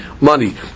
money